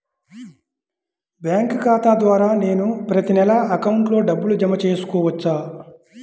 Bank ఖాతా ద్వారా నేను ప్రతి నెల అకౌంట్లో డబ్బులు జమ చేసుకోవచ్చా?